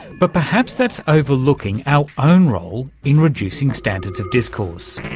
but perhaps that's overlooking our own role in reducing standards of discourse.